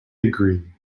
agree